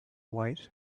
white